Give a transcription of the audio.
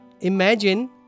Imagine